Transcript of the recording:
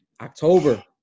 October